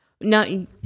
No